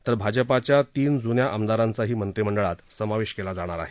तर भाजपाच्या तीन जुन्या आमदारांचाही मंत्रिमंडळात समावेश केला जाणार आहे